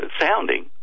sounding